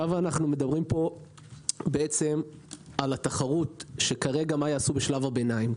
מדברים פה על התחרות, מה יעשו בשלב הביניים.